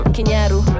Kinyaru